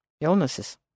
illnesses